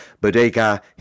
Bodega